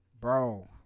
Bro